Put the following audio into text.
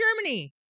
Germany